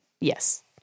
yes